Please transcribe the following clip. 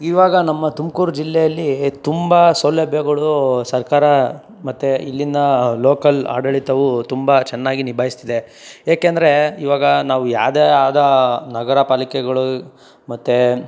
ಇವಾಗ ನಮ್ಮ ತುಮಕೂರು ಜಿಲ್ಲೆಯಲ್ಲಿ ತುಂಬ ಸೌಲಭ್ಯಗಳು ಸರ್ಕಾರ ಮತ್ತೆ ಇಲ್ಲಿನ ಲೋಕಲ್ ಆಡಳಿತವು ತುಂಬ ಚೆನ್ನಾಗಿ ನಿಭಾಯಿಸ್ತಿದೆ ಏಕೆಂದರೆ ಇವಾಗ ನಾವು ಯಾವ್ದೇ ಆದ ನಗರ ಪಾಲಿಕೆಗಳು ಮತ್ತು